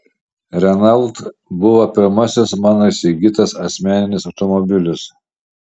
renault buvo pirmasis mano įsigytas asmeninis automobilis